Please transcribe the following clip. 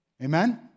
Amen